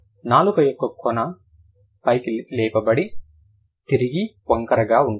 నాలుక యొక్క కొన పైకి లేపబడి తిరిగి వంకరగా ఉంటుంది